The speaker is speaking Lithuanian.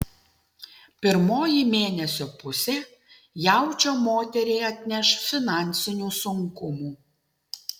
pirmoji mėnesio pusė jaučio moteriai atneš finansinių sunkumų